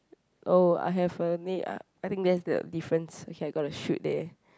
oh I have a uh I think that's the difference okay I gotta shoot there